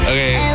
Okay